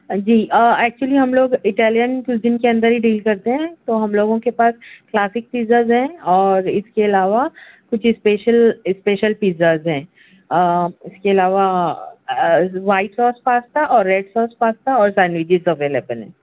جی actually ہم لوگ Italian cuisine کے اندر ہی ڈیل کرتے ہیں تو ہم لوگوں کے پاس کلاسک پزاز ہیں اور اِس کے علاوہ کچھ اسپیشل اسپیشل پزاز ہیں اِس کے علاوہ وائٹ ساس پاستا اور ریڈ ساس پاستا اور سینڈویجز اویلیبل ہیں